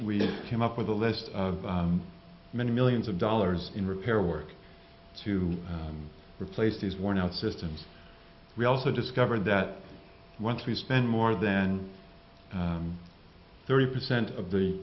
we came up with a list of many millions of dollars in repair work to replace these worn out systems we also discovered that once we spend more than thirty percent of the